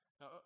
Now